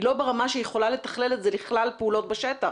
היא לא ברמה שהיא יכולה לתכלל את זה לכלל פעולות בשטח.